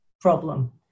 problem